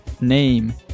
name